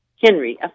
Henry